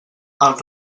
els